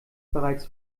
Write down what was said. bereits